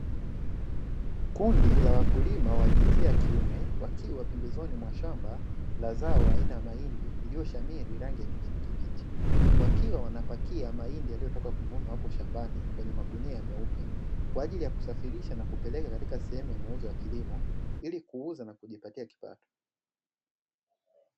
Kundi la wakulima wa jinsia ya kiume wakiwa pembezoni mwa shamba aina ya mahindi ilio shamili kijani kibichi, wakiwa wanapakia mahindi kwenye magunia shambani kwa ajili ya kusafirisha na kupeleka katika sehemu ya mauzo ya kilimo, ili kuuza na kujipatia kipato.